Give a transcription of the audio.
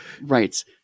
Right